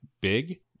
big